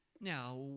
Now